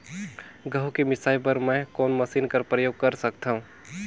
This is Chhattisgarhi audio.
गहूं के मिसाई बर मै कोन मशीन कर प्रयोग कर सकधव?